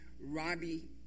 Robbie